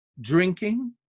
Drinking